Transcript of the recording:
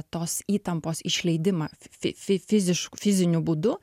tos įtampos išleidimą f fi fi fizišk fiziniu būdu